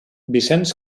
vicenç